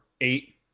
eight